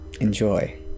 enjoy